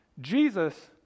Jesus